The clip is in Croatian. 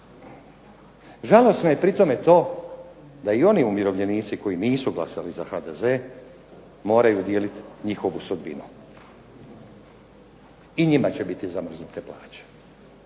Žalosno je pri tome to da i oni umirovljenici koji nisu glasali za HDZ moraju dijeliti njihovu sudbinu. I njima će biti zamrznute penzije,